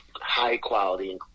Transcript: high-quality